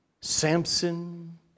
Samson